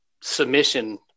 submission